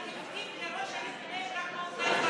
הוא יכתיב איך לעשות?